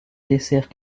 dessert